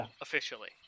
officially